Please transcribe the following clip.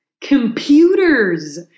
Computers